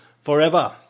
forever